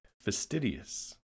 Fastidious